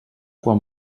quan